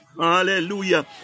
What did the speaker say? Hallelujah